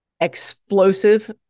explosive